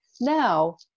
Now